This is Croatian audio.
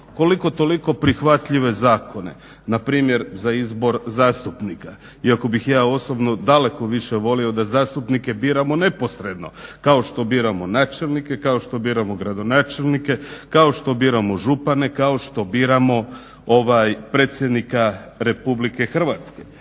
koliko toliko prihvatljive zakone. Na primjer za izbor zastupnika, iako bih ja osobno daleko više volio da zastupnike biramo neposredno kao što biramo načelnike, kao što biramo gradonačelnike, kao što biramo župane, kao što biramo predsjednika RH. Ali do